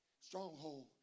stronghold